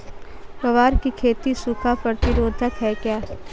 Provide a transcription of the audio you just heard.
ग्वार की खेती सूखा प्रतीरोधक है क्या?